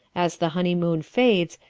as the honeymoon fades,